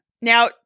Now